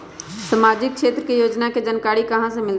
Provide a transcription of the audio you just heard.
सामाजिक क्षेत्र के योजना के जानकारी कहाँ से मिलतै?